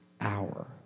hour